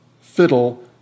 fiddle